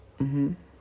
mmhmm